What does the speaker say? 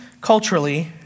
culturally